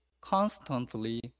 constantly